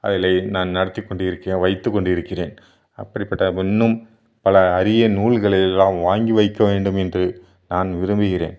அதில் நான் நடத்திக் கொண்டிருக்கிறேன் வைத்துக் கொண்டிருக்கிறேன் அப்படிப்பட்ட இன்னும் பல அறிய நூல்களையெல்லாம் வாங்கி வைக்க வேண்டும் என்று நான் விரும்புகிறேன்